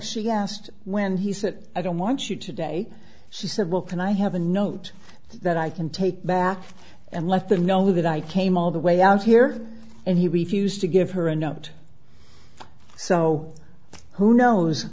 she asked when he said i don't want you today she said well can i have a note that i can take back and let them know that i came all the way out here and he refused to give her a note so who knows